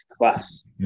class